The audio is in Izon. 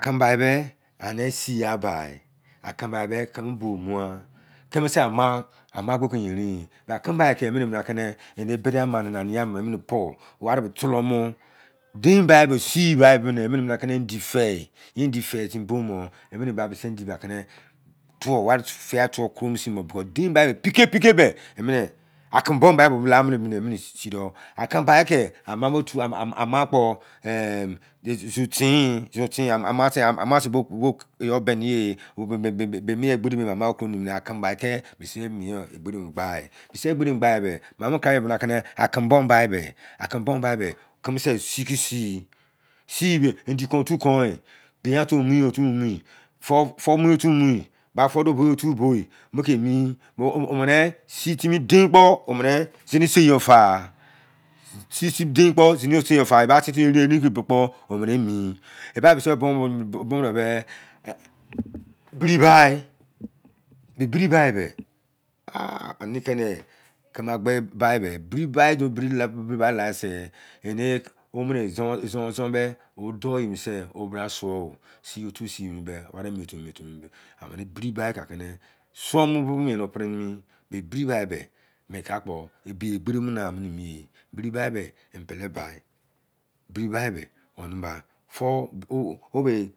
Akenbai bẹ ani sigha bai. Aken bai be kimi bo ọ mugha. Kimise amabo ki yerin yi. Be akenbai ki emi mini akịni eni bọdẹ ama nị e nana nimi yai mini emini pọu wari bẹ tolomọ. Dein bai be sa yi bai bibini emini mini akini endi fẹ. Ye endi fẹ timi boo mọ emịnị ba bịsị endi ba kịnị tụọ weri fiyuai tụọ koromo sin mọ. Pike pike bẹ emịnị akẹnbọọm bai bẹ lamini bibi emịnị si dọ. Akenbaii kị amobị otu anraa kpo̢ zo̢zo̢ tinyi zọzọ tin ti amaa sẹ bo eyọ bẹni ye. Bẹ mịẹnyi egberi bẹ amaba koronimi. Akẹnbai kị bisi egberi bo gba yi bisi egberi mini gbayi bẹ. Akenboom bai aken boom bai be kimi sẹ si ki si yi siyi be endi kọn-otu kọnyị. Eya-otu mu-otu mu yi fọụ ọ mu-otu muyi. Ba fọụ duo bo- otu bo yi mọ ke emi. Omini si timi dein kpọ zini se yo fa si timi dein kpo zini sei yọ fa. Eba si timi erein kibo kpo, omini emi. Eba bisi yo bụọ mo dọbe bribai. Be bribai bẹ ah! Ani kẹni kịmị agbe bại bẹ. Bri baiduo mu bribại laa sẹ o. Si otu si mini me wari emi otu emi me. Amini bribai kị akini sụọmọ bibi mien nọ pri nimi. Mẹ bribai be mie k'akpo ebi egberi wo mona mini mi e. Bribai bẹ embẹlẹ bại bribai bẹ